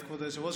כבוד היושב-ראש,